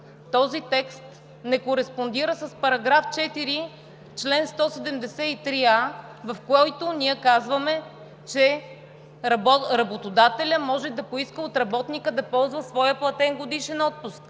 този текст не кореспондира с § 4, чл. 173а, в който ние казваме, че „работодателят може да поиска от работника да ползва своя платен годишен отпуск“.